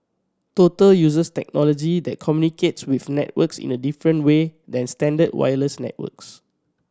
total uses technology that communicates with networks in a different way than standard wireless networks